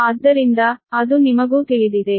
ಆದ್ದರಿಂದ ಅದು ನಿಮಗೂ ತಿಳಿದಿದೆ